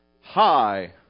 hi